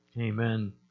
amen